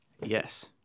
Yes